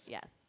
Yes